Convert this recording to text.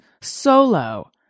solo